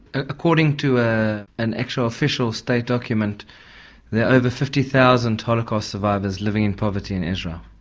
according to ah an actual official state document there are over fifty thousand holocaust survivors living in poverty in israel.